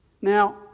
Now